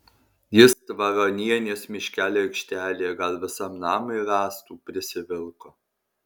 jis tvaronienės miškelio aikštelėje gal visam namui rąstų prisivilko